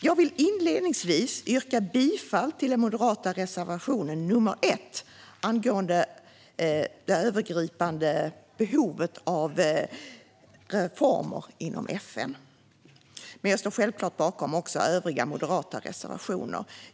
Jag vill inledningsvis yrka bifall till den moderata reservationen nr 1 angående det övergripande behovet av reformer inom FN. Jag står självklart bakom också övriga moderata reservationer.